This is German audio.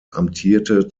amtierte